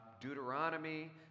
Deuteronomy